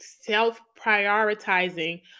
self-prioritizing